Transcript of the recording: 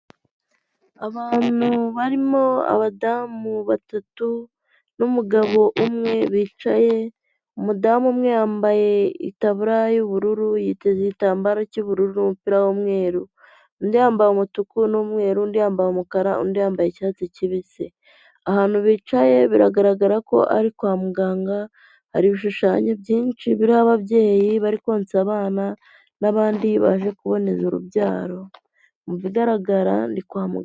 Abantu barimo abadamu batatu n'umugabo umwe bicaye, umudamu umwe yambaye itaburiya y'ubururu yiteze igitambaro cy'ubururu n'umupira w'umweru undi yambaye umutuku n'umweru undi yambaye umukara undi yambaye icyatsi cyibisi, ahantu bicaye biragaragara ko ari kwa muganga hari ibishushanyo byinshi biriho ababyeyi bari konsa abana n'abandi baje kuboneza urubyaro mu bigaragara ni kwa muganga.